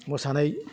मोसानाय